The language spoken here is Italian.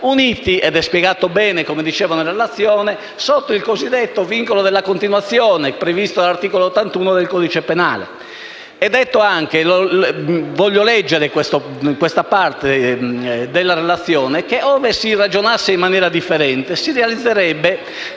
uniti - come è ben spiegato nella relazione - sotto il cosiddetto vincolo della continuazione, previsto dall'articolo 81 del codice penale. È detto anche - voglio leggere questa parte della relazione - che, ove si ragionasse in maniera differente, cioè se